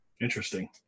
Interesting